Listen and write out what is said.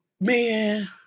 man